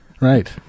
right